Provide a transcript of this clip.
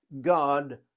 God